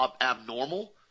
abnormal